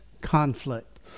conflict